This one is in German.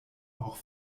auch